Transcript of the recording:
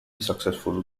successful